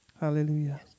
Hallelujah